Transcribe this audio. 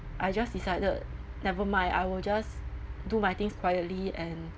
I just decided never mind I will just do my things quietly and